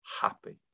happy